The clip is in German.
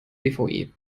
dvi